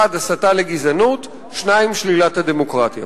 (1) הסתה לגזענות, (2) שלילת הדמוקרטיה".